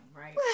right